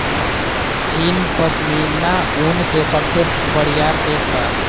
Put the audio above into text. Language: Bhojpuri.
चीन पश्मीना ऊन के सबसे बड़ियार देश बा